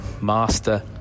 Master